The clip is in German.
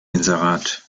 inserat